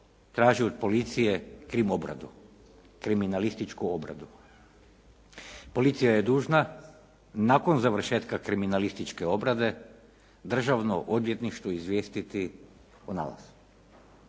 traži od policije krim obradu, kriminalističku obradu. Policija je dužna nakon završetka kriminalističke obrade državno odvjetništvo izvijestiti o nalazu.